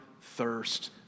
thirst